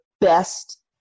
best